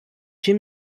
ġie